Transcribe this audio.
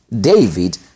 David